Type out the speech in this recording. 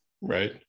right